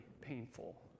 painful